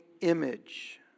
image